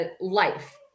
life